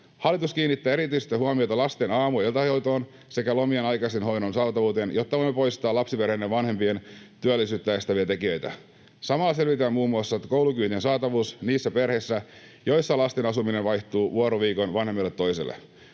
Hallitus kiinnittää erityistä huomiota lasten aamu- ja iltapäivähoitoon sekä lomien aikaisen hoidon saatavuuteen, jotta voimme poistaa lapsiperheiden vanhempien työllisyyttä estäviä tekijöitä. Samalla selvitetään muun muassa koulukyytien saatavuus niissä perheissä, joissa lasten asuminen vaihtuu vuoroviikoin vanhemmalta toiselle.